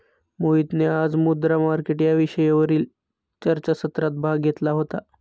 मोहितने आज मुद्रा मार्केट या विषयावरील चर्चासत्रात भाग घेतला होता